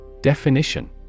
Definition